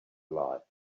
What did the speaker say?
alive